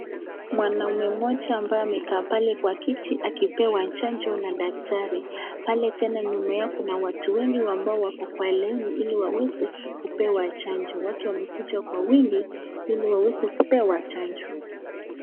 Mwanaume moja ambaye amekaa pale kwa kiti akipewa chanjo na daktari, pale tena nyuma yao kuna watu wengi ambao wako kwa laini hili waweze kupewa chanjo, watu wamekuja kwa wingi hili waweze kupewa chanjo.